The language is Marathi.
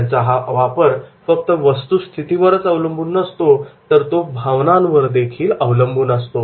त्यांचा हा वापर फक्त वस्तुस्थितीवरच अवलंबून नसतो तर तो भावनांवर देखील अवलंबून असतो